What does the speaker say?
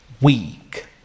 weak